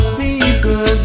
people